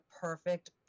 perfect